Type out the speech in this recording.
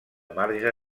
marge